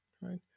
right